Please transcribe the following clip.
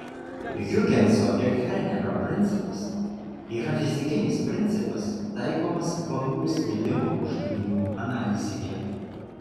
hiugenso ir frenelio principas yra fizikinis principas taikomas bangų sklidimo uždavinių analizėje